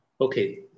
Okay